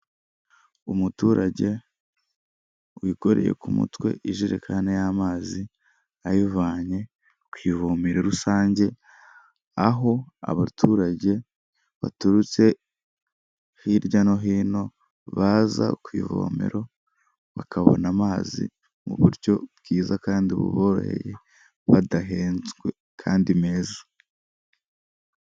Umuturage wikoreye ku mutwe ijerekani y'amazi ayivanye ku ivomero rusange aho abaturage baturutse hirya no hino baza ku ivomero bakabona amazi mu buryo bwiza kandi buboroheye badahenzwe kandi meza.